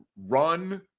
Run